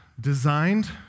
designed